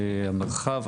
המרחב,